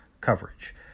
coverage